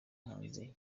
hanze